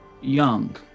young